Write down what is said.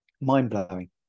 mind-blowing